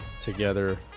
together